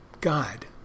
God